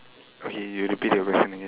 okay you repeat the question again